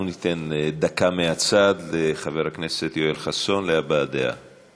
אנחנו ניתן דקה מהצד לחבר הכנסת יואל חסון להבעת דעה.